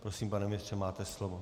Prosím, pane ministře, máte slovo.